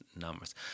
numbers